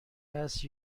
است